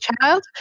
child